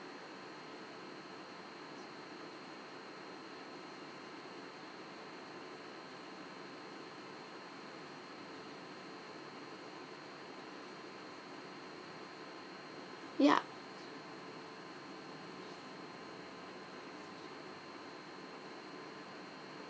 ya